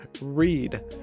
read